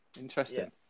Interesting